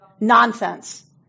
Nonsense